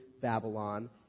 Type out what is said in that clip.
Babylon